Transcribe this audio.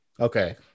okay